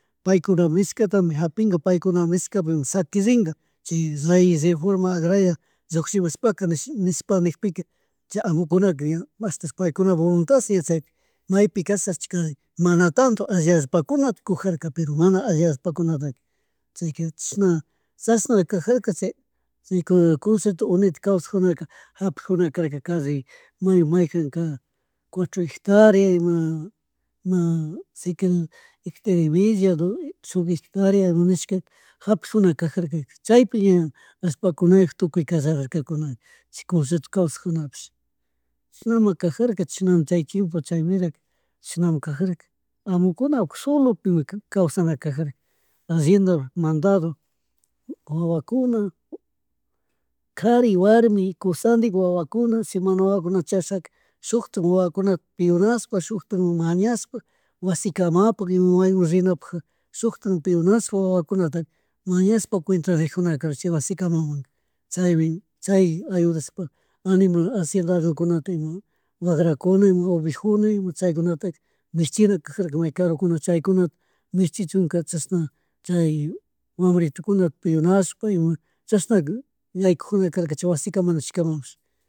Paykuna nishkatami japinga, paykuna nishkapimi shakiringa chi rayes reforma agraria llushimushpaka nish, nishpa nikpika chay amukuna ya mashti paykunapuk volutad maypi kashashi chi mana tanto alli allpakuna kujarka pero mana alli allpakunata chayka chishna chashna kajarka chaykunakuna cocienrto unita kawsarkunajarka japikkunaka kalli may mayjika cuatro hectaria ima, ima si quiera hectaria media shuk hetaria nishkaka japijunakajarka chaypi ña allpakunayuk tukuy kallararkakunaka chika concierto kawsajunapish chishnama kajarka, chashnama chay tiempo chay vida chishnama kajara amukunapuk solopi kawsanakajarka allendapi mandado wawakuna, kari, warmi, kushandik, wawakuna, si mana wawakunata charishaka shutikmun wawakuna pionashpa shuktakma mañashpa wasikamakpa mauymun rinapukja shukta peonashpa wawakunata mañashpa rijunaka chay wasikamamunka chaymi chay ayudashpa animal aciendariokuna ima wagrakuna ima ovejuna, ima chaykunataka michina kajarka may karukuna chaykunata michichunka chashna chay wambritukuna peonashpa ima chashna yaykujunakarka chay wasi kama nishkamunpish